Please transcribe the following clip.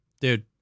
Dude